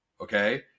Okay